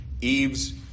Eve's